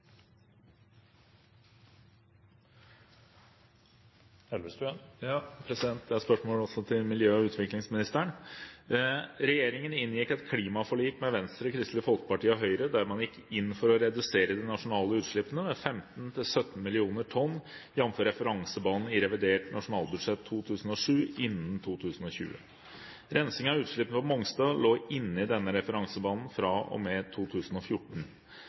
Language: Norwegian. til miljø- og utviklingsministeren: «Regjeringen inngikk et klimaforlik med Venstre, Kristelig Folkeparti og Høyre der man gikk inn for å redusere de nasjonale utslippene med 15–17 millioner tonn, jf. referansebanen i revidert nasjonalbudsjett 2007 innen 2020. Rensing av utslippene fra Mongstad lå inne i denne referansebanen fra og med 2014.